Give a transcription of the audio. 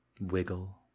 wiggle